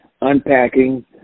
unpacking